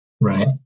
Right